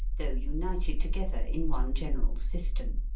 though united together in one general system.